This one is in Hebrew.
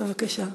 בבקשה.